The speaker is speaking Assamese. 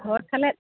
ঘৰত খালে